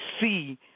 see